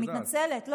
אני מתנצלת.